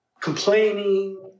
complaining